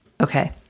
Okay